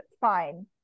fine